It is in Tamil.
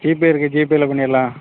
ஜிபே இருக்குது ஜிபேயில் பண்ணிடலாம்